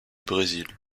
brésil